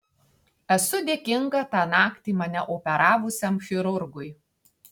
esu dėkinga tą naktį mane operavusiam chirurgui